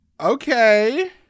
Okay